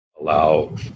allow